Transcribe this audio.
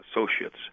associates